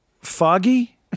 foggy